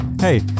Hey